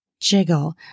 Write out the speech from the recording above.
jiggle